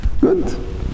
good